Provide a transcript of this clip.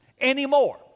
anymore